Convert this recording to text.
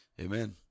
Amen